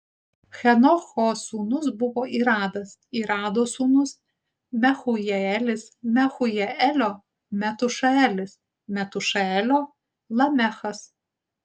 henocho sūnus buvo iradas irado sūnus mehujaelis mehujaelio metušaelis metušaelio lamechas